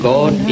God